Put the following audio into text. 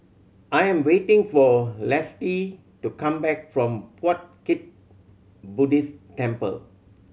I am waiting for Lisette to come back from Puat Jit Buddhist Temple